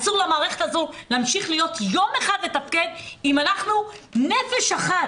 אסור למערכת הזו להמשיך להיות יום אחד ולתפקד אם אנחנו נפש אחת